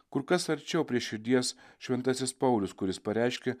kur kas arčiau prie širdies šventasis paulius kuris pareiškė